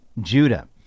Judah